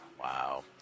Wow